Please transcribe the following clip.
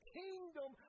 kingdom